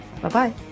Bye-bye